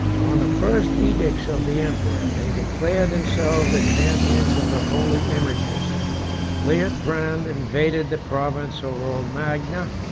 on the first edicts of the emperor, they declared themselves the champions of the holy images liutprand invaded the province of romagna,